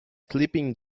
sleeping